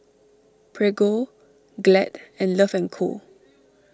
Prego Glad and Love and Co